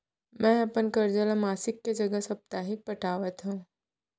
मै अपन कर्जा ला मासिक के जगह साप्ताहिक पटावत हव